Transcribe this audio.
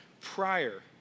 prior